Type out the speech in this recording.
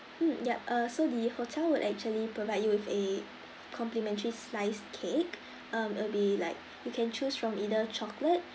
mm yup uh so the hotel will actually provide you with a complimentary sliced cake um will be like you can choose from either chocolate